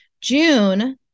June